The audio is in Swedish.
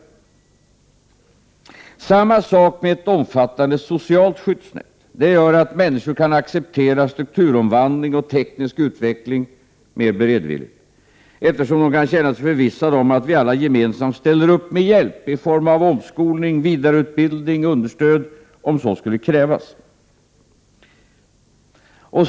Det är samma sak med ett omfattande socialt skyddsnät; det gör att människor kan acceptera strukturomvandling och teknisk utveckling mer beredvilligt, eftersom de kan känna sig förvissade om att vi alla gemensamt ställer upp med hjälp — i form av omskolning, vidareutbildning, understöd — om så skulle krävas.